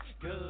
good